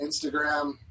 Instagram